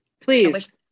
please